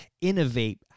innovate